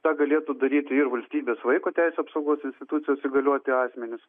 tą galėtų daryti ir valstybės vaiko teisių apsaugos institucijos įgalioti asmenys